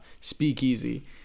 speakeasy